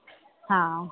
हा